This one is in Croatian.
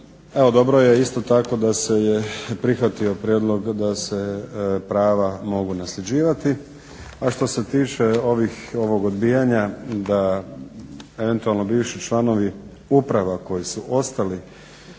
Evo dobro je isto tako da se prihvatio prijedlog da se prava mogu nasljeđivati. A što se tiče ovog odbijanja da eventualno bivši članovi uprava koji su ostali